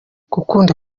gukunda